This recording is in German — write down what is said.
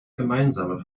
gemeinsame